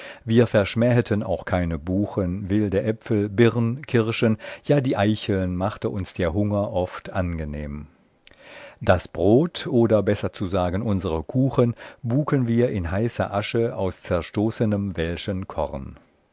wir verschmäheten auch keine buchen wilde äpfel birn kirschen ja die eicheln machte uns der hunger oft angenehm das brod oder besser zu sagen unsere kuchen bucken wir in heißer asche aus zerstoßenem welschen korn